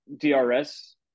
DRS